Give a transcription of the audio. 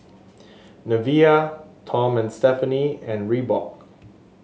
Nivea Tom and Stephanie and Reebok